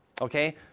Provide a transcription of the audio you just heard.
Okay